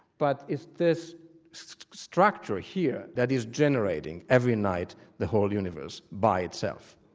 but it's this structure here that is generating every night the whole universe by itself.